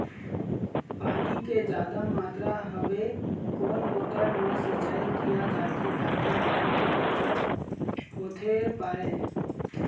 पानी के जादा मात्रा हवे कोन मोटर मा सिचाई किया जाथे ताकि पानी के बचत होथे पाए?